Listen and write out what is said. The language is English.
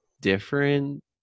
different